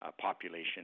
population